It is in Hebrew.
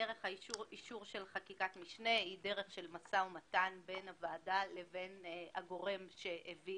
דרך אישור של חקיקת משנה היא דרך של מו"מ בין הוועדה לבין הגורם שהביא